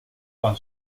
tan